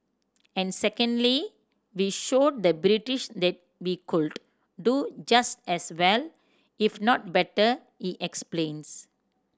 and secondly we showed the British that we could do just as well if not better he explains